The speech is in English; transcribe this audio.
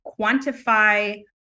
quantify